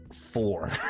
four